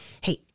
hey